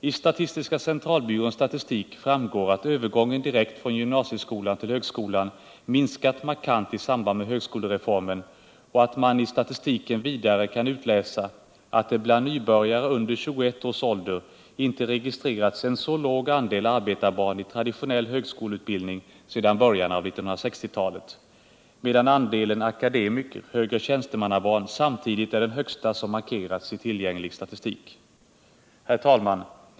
Av statistiska centralbyråns statistik framgår att övergången direkt från gymnasieskolan till högskolan minskat markant i samband med högskolereformen. Man kan vidare utläsa att det bland nybörjare under 21 års ålder inte registrerats en så låg andel arbetarbarn i traditionell högskoleutbildning sedan början av 1960-talet, medan andelen barn till akademiker och högre tjänstemän samtidigt är den högsta som noterats i tillgänglig statistik. Herr talman!